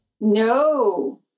No